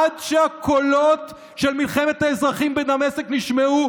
עד שהקולות של מלחמת האזרחים בדמשק נשמעו,